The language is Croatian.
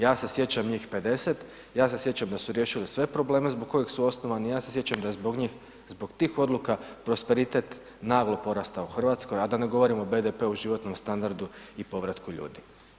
Ja se sjećam njih 50, ja se sjećam da su riješili sve probleme zbog kojih su osnovani, ja se sjećam da je zbog njih, zbog tih odluka prosperitet naglo porastao u Hrvatskoj, a da ne govorimo o BDP-u, životnom standardu i povratku ljudi.